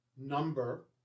number